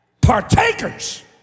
Partakers